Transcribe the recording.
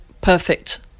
perfect